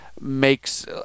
makes